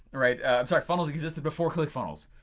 right, i'm sorry funnels existed before clickfunnels,